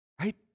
right